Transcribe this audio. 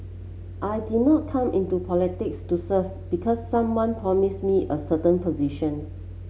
I did not come into politics to serve because someone promised me a certain position